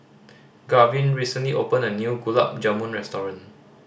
Garvin recently opened a new Gulab Jamun restaurant